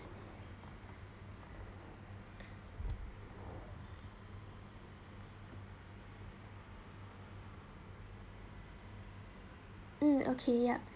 mm okay yup